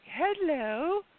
Hello